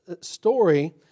story